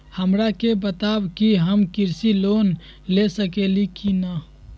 हमरा के बताव कि हम कृषि लोन ले सकेली की न?